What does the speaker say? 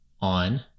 on